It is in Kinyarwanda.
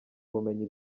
ubumenyi